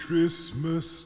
Christmas